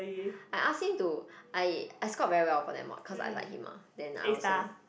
I ask him to I I scored very well for that mod cause I like him ah then I also